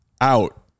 out